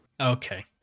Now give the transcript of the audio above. Okay